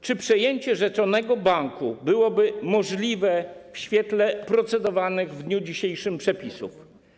Czy przejęcie rzeczonego banku byłoby możliwe w świetle procedowanych w dniu dzisiejszym przepisów?